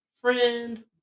friend